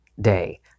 day